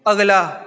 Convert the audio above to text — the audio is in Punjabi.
ਅਗਲਾ